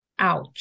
Ouch